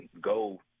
go